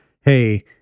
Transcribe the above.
hey